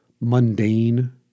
mundane